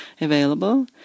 available